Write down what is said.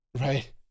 right